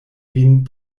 vin